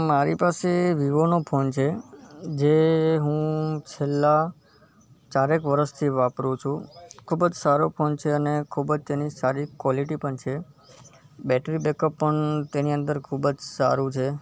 મારી પાસે વિવો નો ફોન છે જે હું છેલ્લા ચારેક વર્ષથી વાપરું છું ખૂબ જ સારો ફોન છે અને ખૂબ જ તેની સારી ક્વૉલિટી પણ છે બૅટરી બૅકઅપ પણ તેની અંદર ખૂબ જ સારું છે